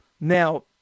Now